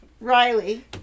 Riley